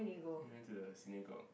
he went to the synagogue